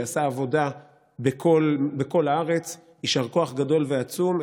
שעשה עבודה בכל הארץ, יישר כוח גדול ועצום.